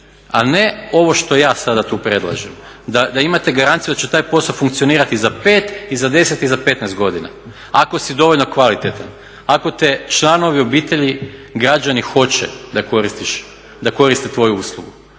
a ne ovo što ja sada tu predlažem da imate garanciju da će taj posao funkcionirati za 5 i za 10 i za 15 godina, ako si dovoljno kvalitetan, ako te članovi obitelji, građani hoće da koriste tvoju uslugu.